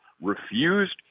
refused